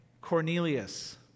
Cornelius